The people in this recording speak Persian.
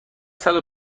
صدو